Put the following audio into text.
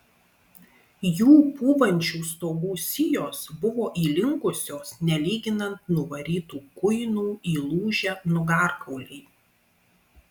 jų pūvančių stogų sijos buvo įlinkusios nelyginant nuvarytų kuinų įlūžę nugarkauliai